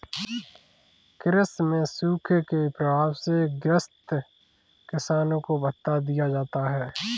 कृषि में सूखे के प्रभाव से ग्रसित किसानों को भत्ता दिया जाता है